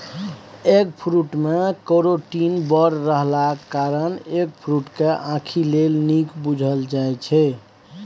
eggfruit मे carotene बड़ रहलाक कारणेँ एगफ्रुट केँ आंखि लेल नीक बुझल जाइ छै